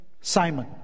Simon